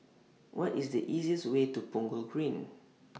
What IS The easiest Way to Punggol Green